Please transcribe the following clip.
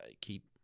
keep